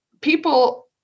people